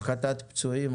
הפחתת מספר הפצועים.